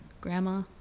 Grandma